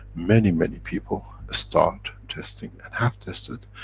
many, many people start testing, and have tested,